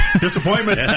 Disappointment